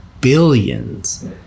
billions